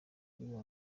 biba